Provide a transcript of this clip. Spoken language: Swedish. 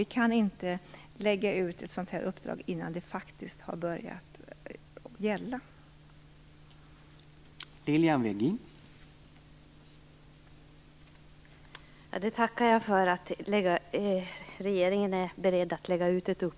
Vi kan inte lägga ut ett sådant här uppdrag innan det faktiskt har börjat att gälla.